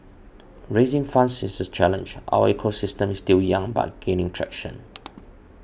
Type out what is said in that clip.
raising funds is a challenge our ecosystem is still young but gaining traction